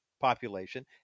population